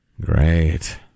Great